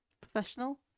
Professional